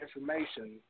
information